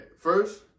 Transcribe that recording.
first